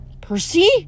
Percy